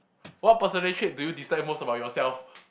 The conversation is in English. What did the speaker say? what personality trait do you dislike most about yourself